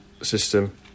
system